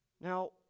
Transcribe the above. Now